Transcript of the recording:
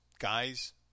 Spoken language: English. Guys